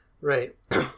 Right